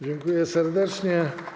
Dziękuję serdecznie.